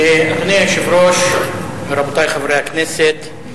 אדוני היושב-ראש, רבותי חברי הכנסת,